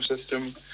system